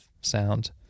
sound